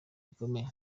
bikomeye